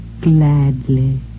gladly